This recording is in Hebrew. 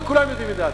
וכולם יודעים את דעתי.